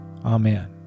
Amen